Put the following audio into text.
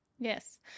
Yes